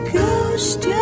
Ghost